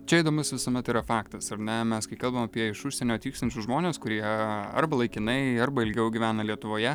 čia įdomus visuomet yra faktas ar ne mes kai kalbam apie iš užsienio atvykstančius žmones kurie arba laikinai arba ilgiau gyvena lietuvoje